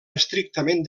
estrictament